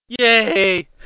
Yay